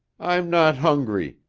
i'm not hungry,